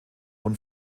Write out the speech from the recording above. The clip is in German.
und